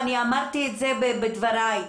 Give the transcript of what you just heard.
ואמרתי את זה בדבריי,